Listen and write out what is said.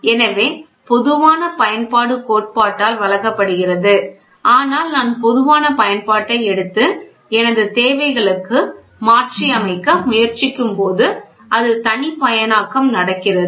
எனவே பொதுவான பயன்பாடு கோட்பாட்டால் வழங்கப்படுகிறது ஆனால் நான் பொதுவான பயன்பாட்டை எடுத்து எனது தேவைகளுக்கு மாற்றியமைக்க முயற்சிக்கும்போது அது தனிப்பயனாக்கம் நடக்கிறது